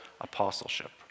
apostleship